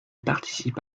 participe